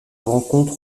rencontre